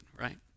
right